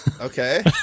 okay